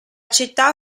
città